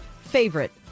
favorite